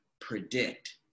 predict